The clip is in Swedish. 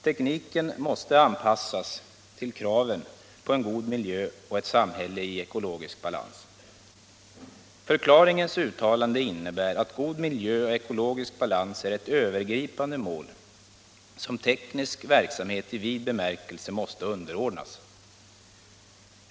Tekniken måste anpassas till kraven på en god miljö och ett samhälle i ekologisk balans. Förklaringens uttalande innebär att god miljö och ekologisk balans är ett övergripande mål som teknisk verksamhet i vid bemärkelse måste underordnas.